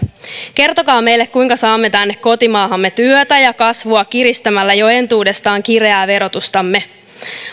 kertokaa meille kuinka saamme tänne kotimaahamme työtä ja kasvua kiristämällä jo entuudestaan kireää verotustamme